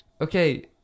okay